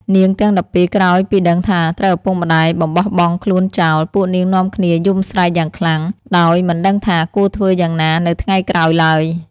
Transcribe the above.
នាងទាំង១២ក្រោយពីដឹងថាត្រូវឪពុកម្តាយបំបោះបង់ខ្លួនចោល ពួកនាងនាំគ្នាយំស្រែកយ៉ាងខ្លាំងដោយមិនដឹងថាគួរធ្វើយ៉ាងណានៅថ្ងៃក្រោយឡើយ។